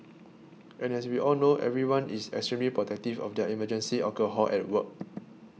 and as we all know everyone is extremely protective of their emergency alcohol at work